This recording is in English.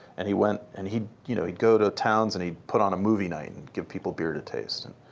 and he went and he'd you know he'd go to towns and he put on a movie night, and give people beer to taste. and